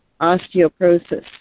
osteoporosis